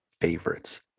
favorites